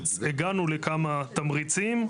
הגענו לכמה תמריצים.